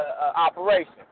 operation